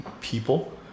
people